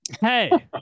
hey